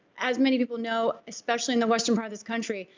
as many people know, especially in the western part of this country,